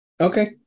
Okay